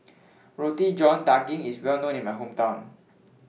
Roti John Daging IS Well known in My Hometown